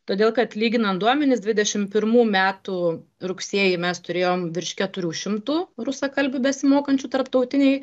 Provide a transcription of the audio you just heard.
todėl kad lyginan duomenis dvidešim pirmų metų rugsėjį mes turėjom virš keturių šimtų rusakalbių besimokančių tarptautinėj